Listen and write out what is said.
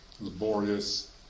laborious